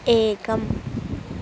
एकम्